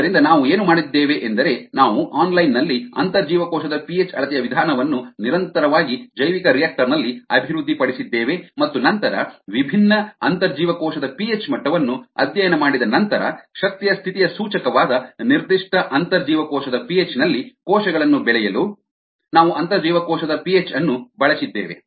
ಆದ್ದರಿಂದ ನಾವು ಏನು ಮಾಡಿದ್ದೇವೆ ಎಂದರೆ ನಾವು ಆನ್ಲೈನ್ ನಲ್ಲಿ ಅಂತರ್ಜೀವಕೋಶದ ಪಿಹೆಚ್ ಅಳತೆಯ ವಿಧಾನವನ್ನು ನಿರಂತರವಾಗಿ ಜೈವಿಕರಿಯಾಕ್ಟರ್ ನಲ್ಲಿ ಅಭಿವೃದ್ಧಿಪಡಿಸಿದ್ದೇವೆ ಮತ್ತು ನಂತರ ವಿಭಿನ್ನ ಅಂತರ್ಜೀವಕೋಶದ ಪಿಹೆಚ್ ಮಟ್ಟವನ್ನು ಅಧ್ಯಯನ ಮಾಡಿದ ನಂತರ ಶಕ್ತಿಯ ಸ್ಥಿತಿಯ ಸೂಚಕವಾದ ನಿರ್ದಿಷ್ಟ ಅಂತರ್ಜೀವಕೋಶದ ಪಿಹೆಚ್ ನಲ್ಲಿ ಕೋಶಗಳನ್ನು ಬೆಳೆಯಲು ನಾವು ಅಂತರ್ಜೀವಕೋಶದ ಪಿಹೆಚ್ ಅನ್ನು ಬಳಸಿದ್ದೇವೆ